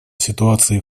ситуации